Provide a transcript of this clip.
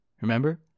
remember